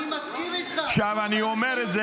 אני מסכים איתך, אסור להגיד דבר כזה.